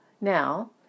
Now